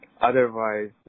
Otherwise